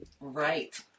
Right